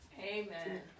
Amen